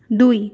দুই